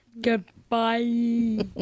Goodbye